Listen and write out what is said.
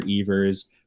Evers